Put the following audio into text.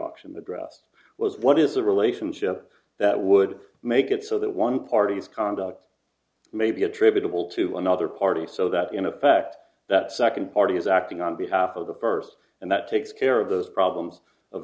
from the grass was what is the relationship that would make it so that one party's conduct may be attributable to another party so that in effect that second party is acting on behalf of the first and that takes care of those problems of